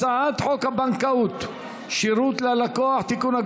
הצעת חוק הבנקאות (שירות ללקוח) (תיקון,